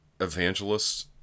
evangelists